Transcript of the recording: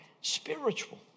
spiritual